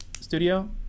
studio